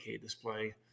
display